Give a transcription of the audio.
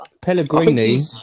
Pellegrini